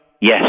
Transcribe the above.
Yes